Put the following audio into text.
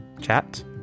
chat